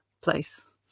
place